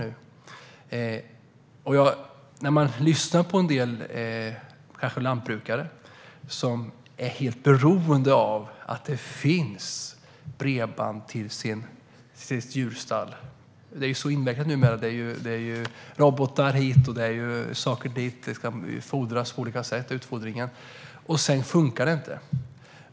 Man kan lyssna på en del lantbrukare som är helt beroende av att det finns bredband till djurstallet. Det är ju så invecklat numera; det är robotar hit och andra saker dit, och det ska fodras på olika sätt - och utan bredband funkar det inte.